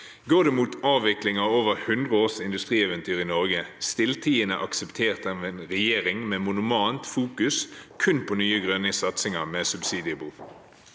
Går det mot avvikling av over 100 års industrieventyr i Norge, stilltiende akseptert av en regjering med monomant fokus kun på nye «grønne satsinger» med subsidiebehov?»